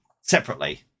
separately